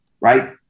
right